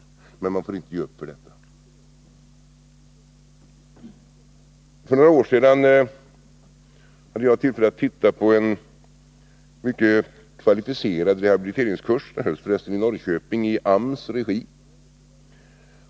Men man får inte ge upp i och med detta. För några år sedan hade jag tillfälle att titta på en mycket kvalificerad rehabiliteringskurs. Den hölls förresten i Norrköping i AMS regi.